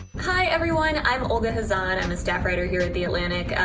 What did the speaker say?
hi everyone, i'm olga khazan, i'm a staff writer here at the atlantic.